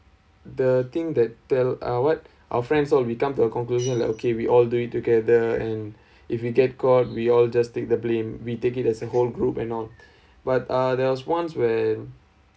the thing that tell ah what our friends all we come to a conclusion like okay we all do it together and if we get caught we all just take the blame we take it as a whole group and all but uh there was once when